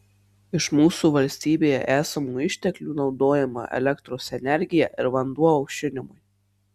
iš mūsų valstybėje esamų išteklių naudojama elektros energija ir vanduo aušinimui